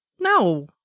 No